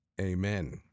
Amen